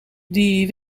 die